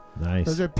Nice